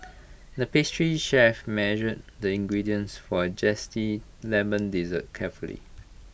the pastry chef measured the ingredients for A Zesty Lemon Dessert carefully